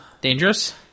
Dangerous